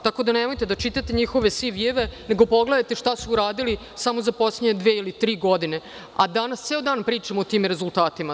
Tako da nemojte da čitate njihove biografije, nego pogledajte šta su uradili samo za poslednje dve ili tri godine, a danas ceo dan pričamo o tim rezultatima.